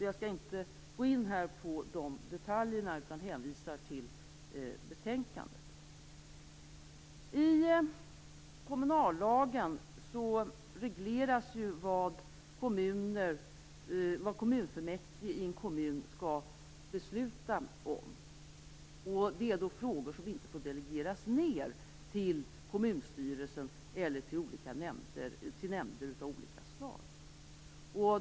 Jag skall inte här gå in på dessa detaljer, utan jag hänvisar till betänkandet. I kommunallagen regleras vad kommunfullmäktige i en kommun skall besluta om. Det är frågor som inte får delegeras ned till kommunstyrelsen eller till nämnder av olika slag.